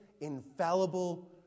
infallible